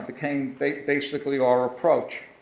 became basically our approach.